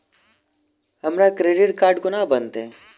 हमरा credit card कोना बनतै?